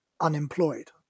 unemployed